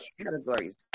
categories